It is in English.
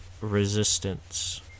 resistance